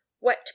wet